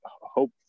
hope